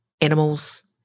animals